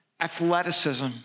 athleticism